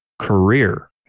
career